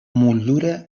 motllura